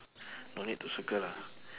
don't need to circle lah